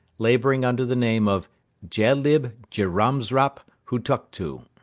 laboring under the name of jelyb djamsrap hutuktu.